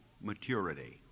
maturity